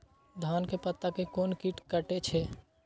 धान के पत्ता के कोन कीट कटे छे?